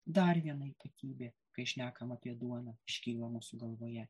dar viena įpatybė kai šnekam apie duoną iškyla mūsų galvoje